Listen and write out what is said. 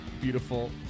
Beautiful